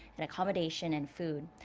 and accommodation and food.